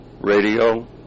radio